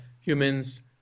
humans